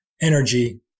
energy